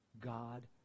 God